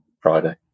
friday